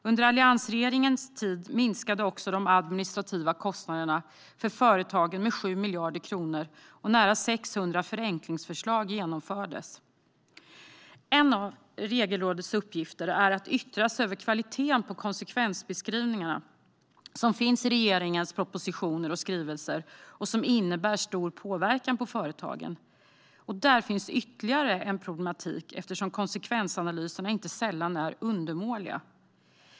Under alliansregeringens tid minskade också de administrativa kostnaderna för företagen med 7 miljarder kronor, och nära 600 förenklingsförslag genomfördes. En av Regelrådets uppgifter är att yttra sig över kvaliteten på de konsekvensbeskrivningar som finns i regeringens propositioner och skrivelser och som innebär stor påverkan på företagen. Här finns ytterligare en problematik eftersom konsekvensanalyserna inte sällan är undermåliga.